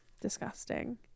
disgusting